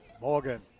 Morgan